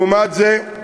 לעומת זה,